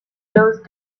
those